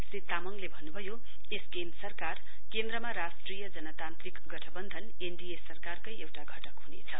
श्री तामङले भन्नुभयो एसकेएम सरकार केन्द्रमा राष्ट्रिय जनतान्त्रिक गठवन्धन एनडीए सरकारकै एउटा घटक हुनेछ